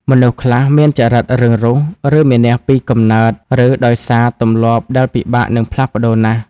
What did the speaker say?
មនុស្សខ្លះមានចរិតរឹងរូស ឬមានះពីកំណើត ឬដោយសារទម្លាប់ដែលពិបាកនឹងផ្លាស់ប្តូរណាស់។